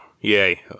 yay